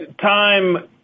time